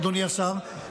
אדוני השר,